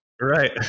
Right